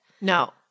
No